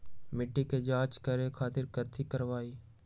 मिट्टी के जाँच करे खातिर कैथी करवाई?